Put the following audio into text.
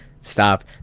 Stop